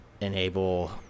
enable